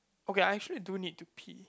okay I actually do need to pee